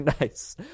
nice